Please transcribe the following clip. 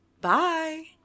Bye